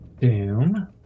doom